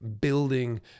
building